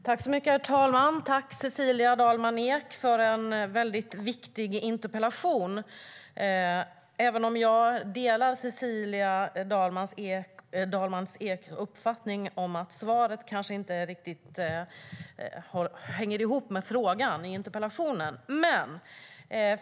Herr talman! Tack, Cecilia Dalman Eek, för en väldigt viktig interpellation, även om jag delar uppfattningen att ministerns svar kanske inte riktigt hänger ihop med frågan i interpellationen.